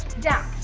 down.